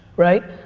right?